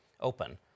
Open